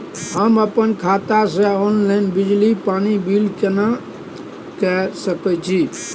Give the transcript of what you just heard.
हम अपन खाता से ऑनलाइन बिजली पानी बिल केना के सकै छी?